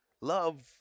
love